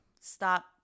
stop